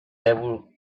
able